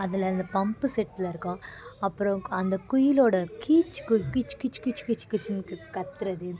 அதில் அந்த பம்ப்பு செட்ல இருக்கும் அப்புறம் அந்த குயிலோட கீச் கு கீச் கீச் கீச் கீச் கீச்சின்னு குத் கத்துகிறது